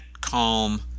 calm